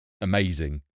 amazing